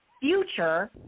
future